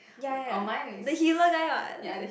ya ya ya the healer guy [what]